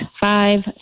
five